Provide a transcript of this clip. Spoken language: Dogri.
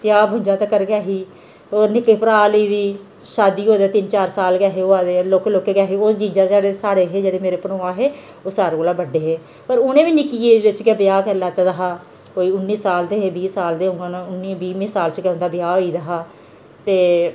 पंजाह् बुजां तकर गै ऐ ही होर निक्के भ्राऽ दी शादी होए दे तिन चार साल लौह्के लौह्के हे ओह् जीजी हे जेह्ड़े साढ़े भनोहा हे ओह् सारे कोला बड्डे हे पर उ'नें बी निक्की ऐज च गै ब्याह् करी लैता दा हा कोई उन्नी साल दे हे बीह् साल दे उन्नी बीह् साल च गै उं'दा ब्याह् होई दा हा ते